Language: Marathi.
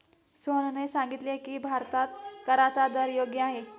सोहनने सांगितले की, भारतात कराचा दर योग्य आहे